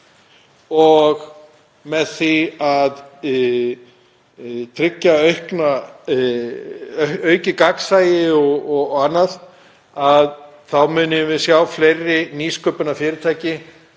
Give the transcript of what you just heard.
og með því að tryggja aukið gagnsæi og annað munum við sjá fleiri nýsköpunarfyrirtæki